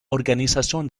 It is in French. organisation